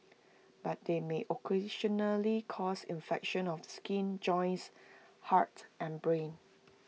but they may occasionally cause infections of the skin joints heart and brain